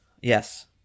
yes